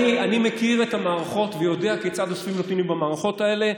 אני מכיר את המערכות ויודע כיצד אוספים נותנים במערכות האלה.